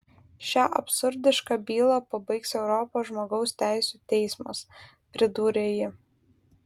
šią absurdišką bylą pabaigs europos žmogaus teisių teismas pridūrė ji